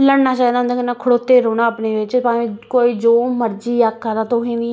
लड़ना चाहिदा उं'दे कन्नै खड़ोते रौह्ना अपने च भामें कोई जो मर्जी आक्खा दा तुसेंगी